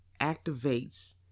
activates